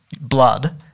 blood